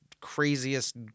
craziest